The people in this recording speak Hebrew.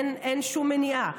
אין שום מניעה.